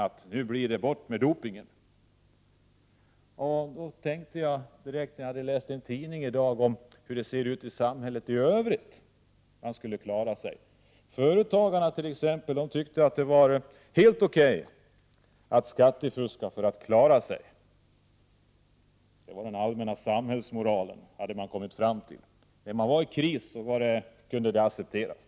Då tänkte jag — efter att ha läst en viss artikel i dag i en tidning — direkt på hur det ser ut i samhället i övrigt. Företagarna tycker att det är helt okej att skattefuska för att klara sig. Så var den allmänna samhällsmoralen, hade man kommit fram till. Om man var i kris, kunde skattefusk accepteras.